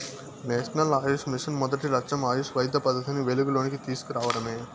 national Ayush mission మొదటి లచ్చెం ఆయుష్ వైద్య పద్దతిని వెలుగులోనికి తీస్కు రావడమే